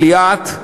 לליאת,